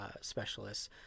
specialists